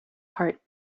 heart